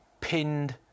pinned